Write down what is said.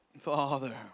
Father